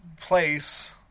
place